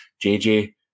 JJ